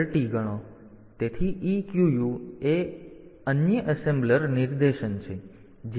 તેથી EQU એ અન્ય એસેમ્બલર નિર્દેશન છે